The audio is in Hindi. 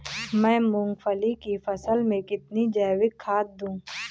मैं मूंगफली की फसल में कितनी जैविक खाद दूं?